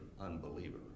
unbeliever